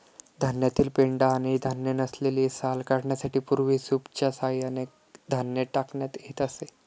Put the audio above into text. धान्यातील पेंढा आणि धान्य नसलेली साल काढण्यासाठी पूर्वी सूपच्या सहाय्याने धान्य टाकण्यात येत असे